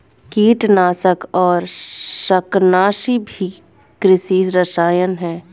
कीटनाशक और शाकनाशी भी कृषि रसायन हैं